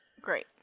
Great